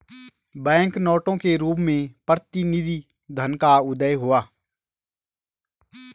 bank नोटों के रूप में प्रतिनिधि धन का उदय हुआ